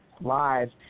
live